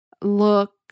look